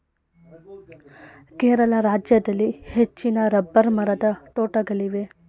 ಕೇರಳ ರಾಜ್ಯದಲ್ಲಿ ಹೆಚ್ಚಿನ ರಬ್ಬರ್ ಮರದ ತೋಟಗಳಿವೆ